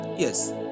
Yes